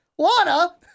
Lana